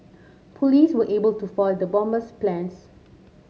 police were able to foil the bomber's plans